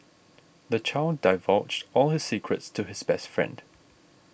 the child divulged all his secrets to his best friend